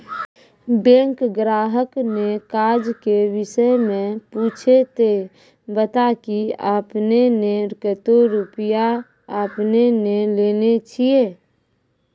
Bank ग्राहक ने काज के विषय मे पुछे ते बता की आपने ने कतो रुपिया आपने ने लेने छिए?